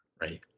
Right